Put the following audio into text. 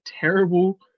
terrible